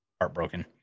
heartbroken